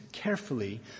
Carefully